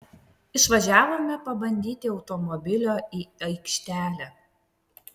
išvažiavome pabandyti automobilio į aikštelę